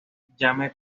llame